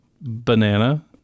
banana